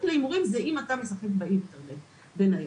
להימורים זה אם אתה משחק באינטרנט בין היתר.